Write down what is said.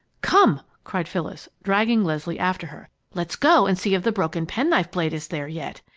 come! cried phyllis, dragging leslie after her. let's go and see if the broken penknife blade is there yet.